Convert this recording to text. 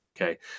Okay